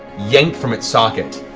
yanked from its socket.